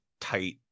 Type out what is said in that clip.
tight